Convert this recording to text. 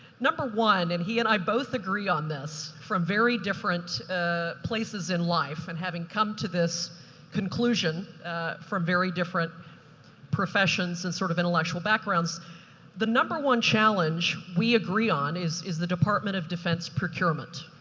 number one and he and i both agree on this, from very different ah places in life and having come to this conclusion from very different professions and sort of intellectual backgrounds the number one challenge we agree on is is the department of defence procurement.